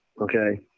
okay